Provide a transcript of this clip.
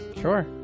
Sure